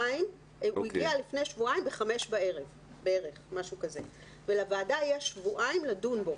בערך ב-5:00 בערב ולוועדה יש שבועיים לדון בו.